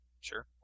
Sure